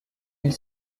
ils